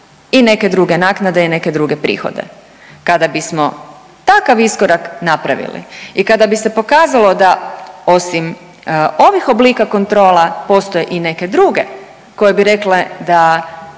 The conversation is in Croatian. i neke druge naknade i neke druge prihode. Kada bismo takav iskorak napravili i kada bi se pokazalo da osim ovih oblika kontrola, postoje i neke druge koje bi rekle da